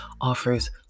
offers